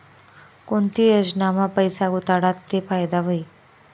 कोणती योजनामा पैसा गुताडात ते फायदा व्हई?